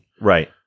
Right